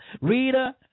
Rita